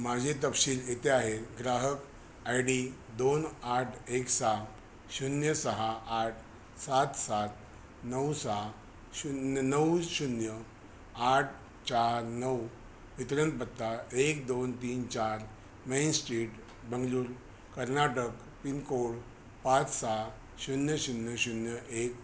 माझे तपशील येथे आहेत ग्राहक आय डी दोन आठ एक सहा शून्य सहा आठ सात सात नऊ सहा शून्य नऊ शून्य आठ चार नऊ वितरण पत्ता एक दोन तीन चार main street Bengaluru Karnataka pincode पाच सहा शून्य शून्य शून्य एक